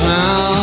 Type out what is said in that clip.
now